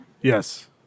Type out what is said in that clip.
Yes